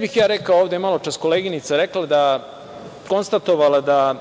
bih ja rekao ovde, maločas je koleginica konstatovala da